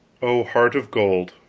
oh, heart of gold,